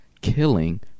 killing